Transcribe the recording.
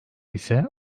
ise